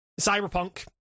Cyberpunk